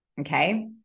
okay